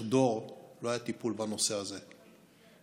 דור לא היה טיפול בנושא הזה והטיפולים,